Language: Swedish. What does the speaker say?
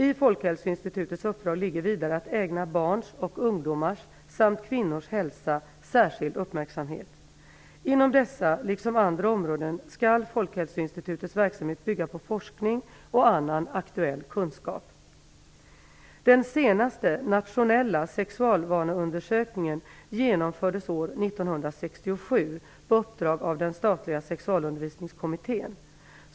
I Folkhälsoinstitutets uppdrag ligger vidare att ägna barns och ungdomars samt kvinnors hälsa särskild uppmärksamhet. Inom dessa liksom andra områden skall Folkhälsoinstitutets verksamhet bygga på forskning och annan aktuell kunskap. Den senaste nationella sexualvaneundersökningen genomfördes år 1967 på uppdrag av den statliga Sexualundervisningskommittén.